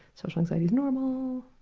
social anxiety is normal,